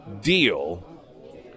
deal